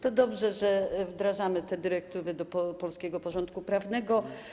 To dobrze, że wdrażamy te dyrektywy do polskiego porządku prawnego.